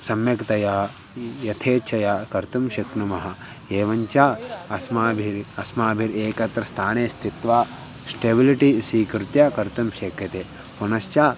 सम्यक्तया यथेच्छया कर्तुं शक्नुमः एवञ्च अस्माभिः अस्माभिः एकत्र स्थाने स्थित्वा स्टेबिलिटि स्वीकृत्य कर्तुं शक्यते पुनश्च